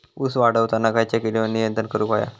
ऊस वाढताना खयच्या किडींवर नियंत्रण करुक व्हया?